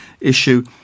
issue